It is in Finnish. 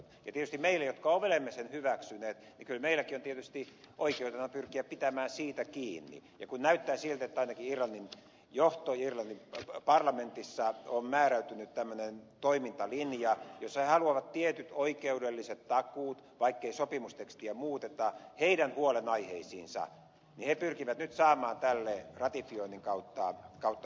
tietysti meilläkin jotka olemme sen hyväksyneet on oikeutena pyrkiä pitämään siitä kiinni ja kun näyttää siltä että ainakin irlannin parlamentissa on määräytynyt tämmöinen toimintalinja jossa halutaan tietyt oikeudelliset takuut vaikkei sopimustekstiä muuteta irlannin huolenaiheisiin niin siellä pyritään nyt saamaan tälle ratifioinnin kautta hyväksyntä